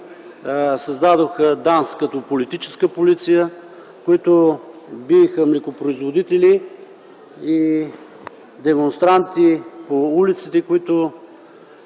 създадоха ДАНС като политическа полиция, които биеха млекопроизводители и демонстранти по улиците, които